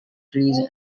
trees